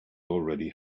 already